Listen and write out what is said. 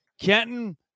Kenton